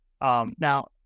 Now